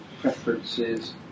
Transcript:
preferences